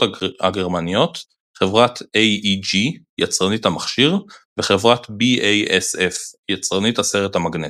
הגרמניות חברת AEG יצרנית המכשיר וחברת BASF יצרנית הסרט המגנטי.